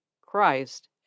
christ